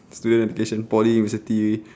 student education poly university